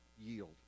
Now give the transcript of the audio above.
yield